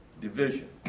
division